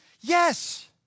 yes